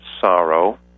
sorrow